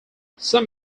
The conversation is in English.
some